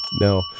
no